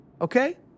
okay